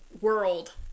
world